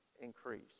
increase